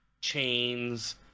chains